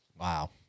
Wow